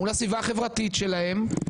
מול הסביבה החברתית שלהן.